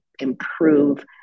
improve